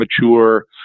mature